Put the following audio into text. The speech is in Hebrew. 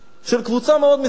של קבוצה מאוד מסוימת.